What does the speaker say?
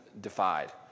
defied